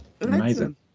Amazing